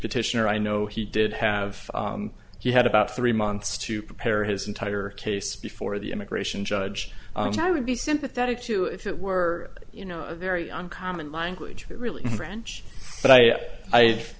petitioner i know he did have you had about three months to prepare his entire case before the immigration judge would be sympathetic to if it were you know very uncommon language really french but i i